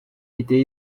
était